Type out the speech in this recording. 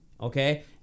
Okay